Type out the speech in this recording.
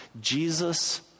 Jesus